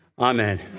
Amen